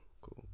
cool